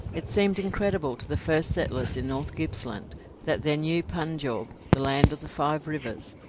it seemed incredible to the first settlers in north gippsland that their new punjaub, the land of the five rivers,